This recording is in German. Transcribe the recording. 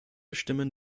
stimmen